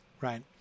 right